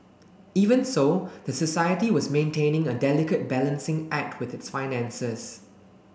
even so the society was maintaining a delicate balancing act with its finances